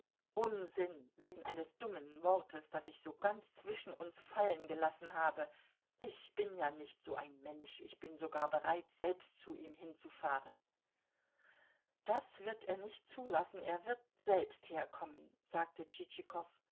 unsinn wegen eines dummen wortes das ich so ganz zwischen uns fallen gelassen habe ich bin ja nicht so ein mensch ich bin sogar bereit selbst zu ihm hinzufahren das wird er nicht zulassen er wird selbst herkommen sagte